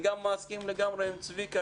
אני גם מסכים לגמרי עם צביקה,